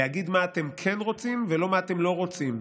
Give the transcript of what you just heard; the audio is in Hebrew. להגיד מה אתם כן רוצים ולא מה אתם לא רוצים.